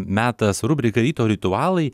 metas rubrikai ryto ritualai